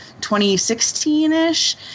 2016-ish